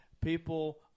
people